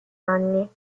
anni